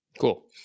Cool